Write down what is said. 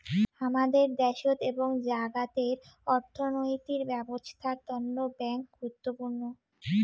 হামাদের দ্যাশোত এবং জাগাতের অর্থনৈতিক ব্যবছস্থার তন্ন ব্যাঙ্ক গুরুত্বপূর্ণ